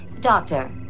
Doctor